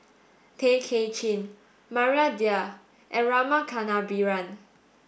Tay Kay Chin Maria Dyer and Rama Kannabiran